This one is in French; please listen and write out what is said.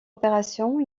opérations